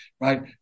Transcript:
right